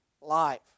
life